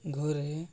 ଘରେ